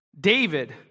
David